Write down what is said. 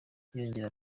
yongeyeho